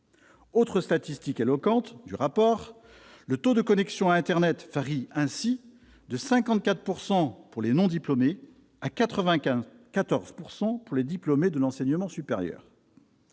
Autre statistique éloquente du document susvisé, le taux de connexion à internet varie de 54 % pour les non-diplômés à 94 % pour les diplômés de l'enseignement supérieur.